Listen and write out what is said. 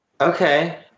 Okay